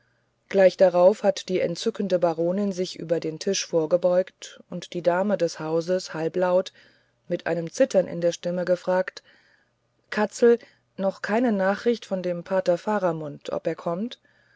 gleich darauf hat die entzückende baronin sich über den tisch vorgebeugt und die dame des hauses halblaut mit einem zittern in der stimme gefragt katzel noch keine nachricht vom pater faramund ob er kommt